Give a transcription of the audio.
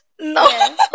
No